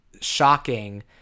shocking